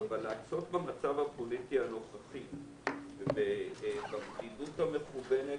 אבל לעסוק במצב הפוליטי הנוכחי בבדידות המכוונת,